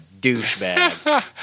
douchebag